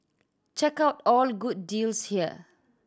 check out all good deals here